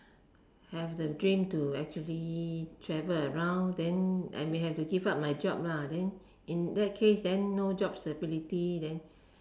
have the dream to actually travel around then I may have to give up my job lah then in that case then no job security then